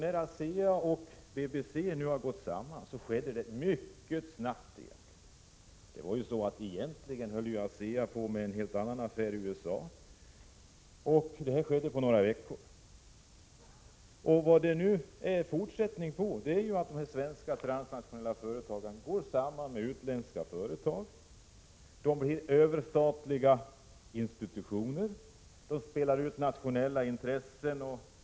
När ASEA och BBC nu gick samman så skedde det egentligen mycket snabbt, på några veckor. ASEA höll egentligen på med en helt annan affär i USA. Detta samgående är fortsättningen på en trend där svenska transnationella företag går samman med utländska företag. De blir överstatliga institutioner som spelar ut nationella intressen mot varandra.